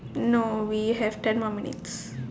no we have ten more minutes